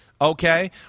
Okay